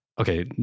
Okay